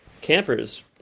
campers